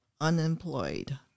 unemployed